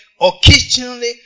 occasionally